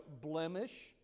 blemish